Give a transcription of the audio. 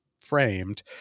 framed